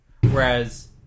Whereas